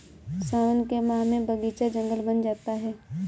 सावन के माह में बगीचा जंगल बन जाता है